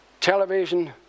television